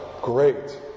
Great